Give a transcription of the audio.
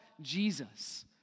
Jesus